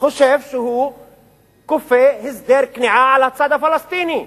חושב שהוא כופה הסדר כניעה על הצד הפלסטיני,